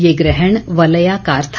ये ग्रहण वलयाकार था